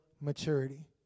maturity